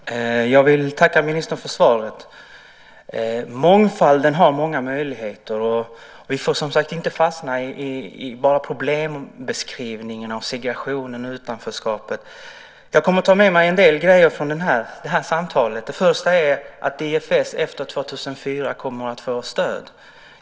Fru talman! Jag vill tacka ministern för svaret. Mångfalden ger många möjligheter, och vi får som sagt inte fastna i bara problembeskrivningen av segregationen och utanförskapet. Jag kommer att ta med mig en del saker från det här samtalet. Det första är att IFS efter 2004 kommer att få stöd.